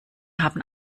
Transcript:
haben